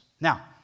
Now